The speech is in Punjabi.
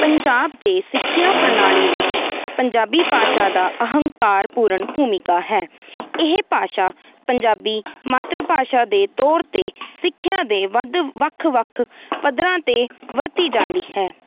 ਪੰਜਾਬ ਦੇ ਸਿੱਖਿਆ ਪ੍ਰਣਾਲੀ ਵਿੱਚ ਪੰਜਾਬੀ ਭਾਸ਼ਾ ਦਾ ਅਹੰਕਾਰ ਪੂਰਨ ਭੂਮਿਕਾ ਹੈ ਇਹ ਭਾਸ਼ਾ ਪੰਜਾਬੀ ਮਾਤਰ ਭਾਸ਼ਾ ਦੇ ਤੌਰ 'ਤੇ ਸਿੱਖਿਆ ਦੇ ਵੱਧ ਵੱਖ ਵੱਖ ਪੱਧਰਾਂ 'ਤੇ ਵਰਤੀ ਜਾਂਦੀ ਹੈ